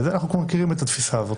אנחנו כבר מכירים את התפיסה הזאת.